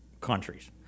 countries